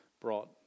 brought